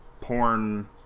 porn